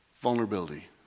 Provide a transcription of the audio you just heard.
vulnerability